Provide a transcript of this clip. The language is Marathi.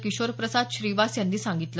किशोरप्रसाद श्रीवास यांनी सांगितलं